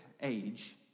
age